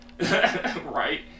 Right